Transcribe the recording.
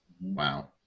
Wow